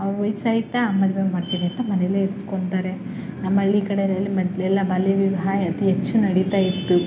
ಅವ್ರ್ಗೆ ವಯಸ್ಸಾಯ್ತಾ ಮದುವೆ ಮಾಡ್ತೀವಿ ಅಂತ ಮನೆಯಲ್ಲೆ ಇರ್ಸ್ಕೊಳ್ತಾರೆ ನಮ್ಮ ಹಳ್ಳಿ ಕಡೆಯಲ್ಲಿ ಮೊದಲೆಲ್ಲ ಬಾಲ್ಯ ವಿವಾಹ ಅತಿ ಹೆಚ್ಚು ನಡಿತಾ ಇತ್ತು